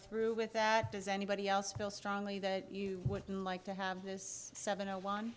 through with that does anybody else feel strongly that you would like to have this seven a one